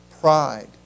Pride